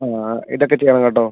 ഇതൊക്കെ ചെയ്യണം കേട്ടോ